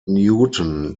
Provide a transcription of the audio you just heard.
newton